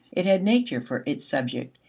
it had nature for its subject,